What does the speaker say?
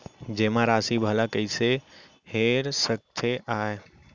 जेमा राशि भला कइसे हेर सकते आय?